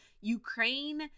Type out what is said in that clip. Ukraine